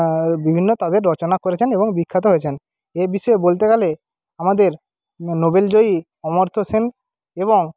আর বিভিন্ন তাঁদের রচনা করেছেন এবং বিখ্যাত হয়েছেন এই বিষয়ে বলতে গেলে আমাদের নোবেল জয়ী অমর্ত্য সেন এবং